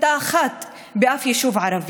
אף אחד לא אומר שאתם לא עושים.